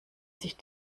sich